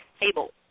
Table